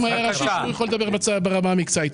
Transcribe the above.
בבקשה, ברמה המקצועית.